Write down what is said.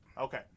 Okay